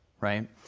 right